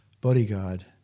bodyguard